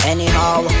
Anyhow